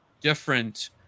different